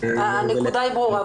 הנקודה היא ברורה.